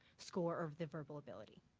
score or the verbal ability.